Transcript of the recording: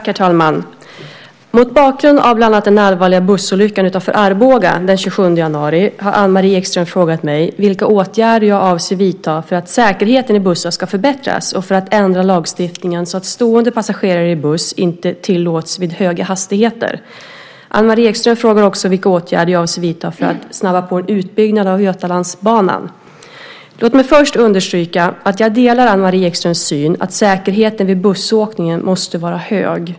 Herr talman! Mot bakgrund av bland annat den allvarliga bussolyckan utanför Arboga den 27 januari har Anne-Marie Ekström frågat mig vilka åtgärder jag avser att vidta för att säkerheten i bussar ska förbättras och för att ändra lagstiftningen så att stående passagerare i buss inte tillåts vid höga hastigheter. Anne-Marie Ekström frågar också vilka åtgärder jag avser att vidta för att snabba på en utbyggnad av Götalandsbanan. Låt mig först understryka att jag delar Anne-Marie Ekströms syn att säkerheten vid bussåkning måste vara hög.